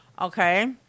Okay